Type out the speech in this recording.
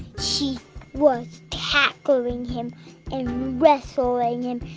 she was tackling him and wrestling him.